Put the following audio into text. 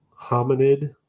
hominid